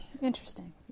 Interesting